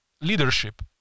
leadership